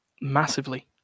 massively